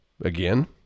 again